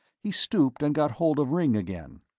he stooped and got hold of ringg again.